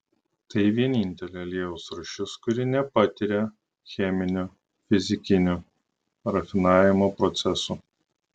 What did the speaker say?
tai vienintelė aliejaus rūšis kuri nepatiria cheminių fizikinių rafinavimo procesų